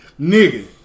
Nigga